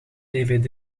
dvd